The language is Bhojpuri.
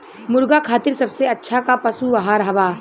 मुर्गा खातिर सबसे अच्छा का पशु आहार बा?